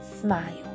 Smile